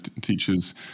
teachers